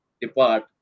depart